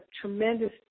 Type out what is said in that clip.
tremendous